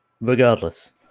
regardless